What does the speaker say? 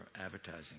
advertising